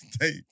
take